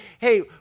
hey